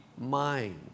mind